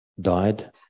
died